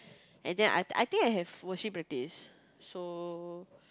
and then I I think I think I have worship practice so